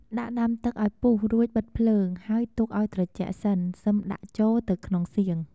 ដាក់ដាំទឹកឱ្យពុះរួច បិទភ្លើង ហើយទុកឱ្យត្រជាក់សិន សឹមដាក់ចូលទៅក្នុងសៀង។